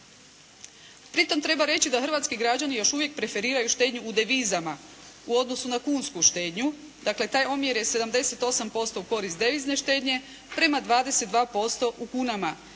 Pritom treba reći da hrvatski građani još uvijek preferiraju štednju u devizama u odnosu na kunsku štednju. Dakle, taj omjer je 78% u korist devizne štednje prema 22% u kunama